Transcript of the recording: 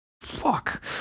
Fuck